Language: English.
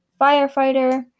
firefighter